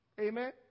Amen